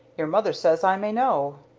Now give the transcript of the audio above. your mother says i may know.